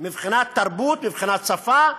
מבחינת תרבות, מבחינת שפה,